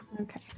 Okay